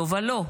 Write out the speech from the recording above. לא ולא.